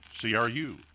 CRU